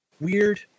weird